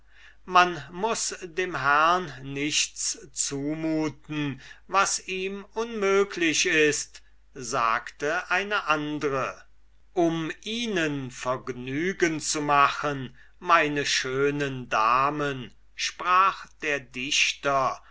man muß dem herrn nichts zumuten was ihm unmöglich ist sagte eine andre um ihnen vergnügen zu machen meine schönen damen sprach der dichter